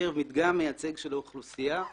בקרב מדגם מייצג של האוכלוסיה.